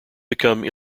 become